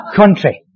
country